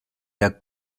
der